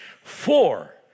Four